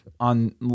on